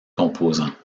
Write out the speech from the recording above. composants